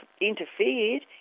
interfered